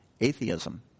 Atheism